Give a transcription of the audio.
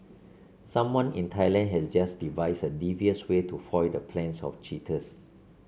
someone in Thailand has just devised a devious way to foil the plans of cheaters